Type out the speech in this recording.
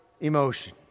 emotion